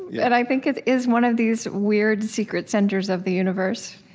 and i think it is one of these weird, secret centers of the universe.